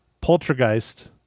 Poltergeist